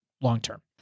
long-term